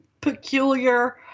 peculiar